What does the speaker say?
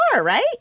right